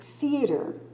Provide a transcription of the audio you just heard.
theater